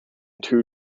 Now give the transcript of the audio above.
two